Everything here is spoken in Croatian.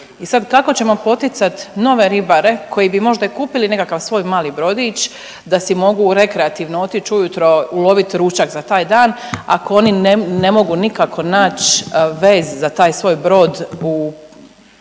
kako ćemo poticat nove ribare koji bi možda i kupili nekakav svoj mali brodić da si mogu rekreativno otić ujutro ulovit ručak za taj dan ako oni ne mogu nikako nać vez za taj svoj brod u